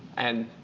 and